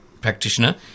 practitioner